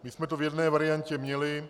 My jsme to v jedné variantě měli.